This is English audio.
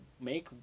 make